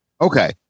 okay